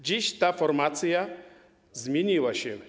Dziś ta formacja zmieniła się.